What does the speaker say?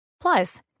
Plus